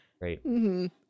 great